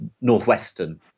northwestern